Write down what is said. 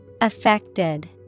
Affected